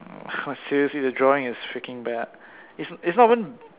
!wah! seriously the drawing is freaking bad it's it's not even